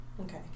Okay